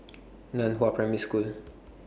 NAN Hua Primary School